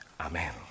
Amen